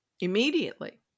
Immediately